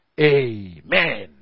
Amen